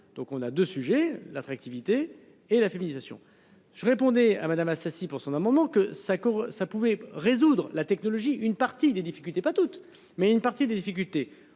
donc on a 2 sujets, l'attractivité et la féminisation. Je répondais à Madame Assassi pour son un moment que ça court ça pouvait résoudre la technologie une partie des difficultés pas toutes mais une partie des difficultés